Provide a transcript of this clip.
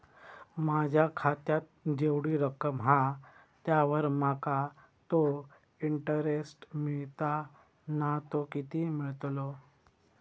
माझ्या खात्यात जेवढी रक्कम हा त्यावर माका तो इंटरेस्ट मिळता ना तो किती मिळतलो?